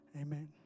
Amen